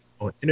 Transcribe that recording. on